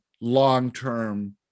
long-term